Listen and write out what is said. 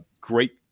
great